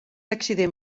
accident